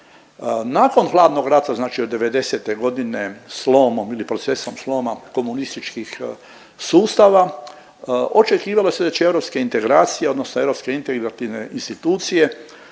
Nakon hladnog rata znači od '90.-te godine slomom ili procesom sloma komunističkih sustava očekivalo se da će europske integracije odnosno europske integrativne institucije